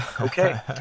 okay